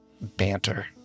banter